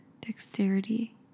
dexterity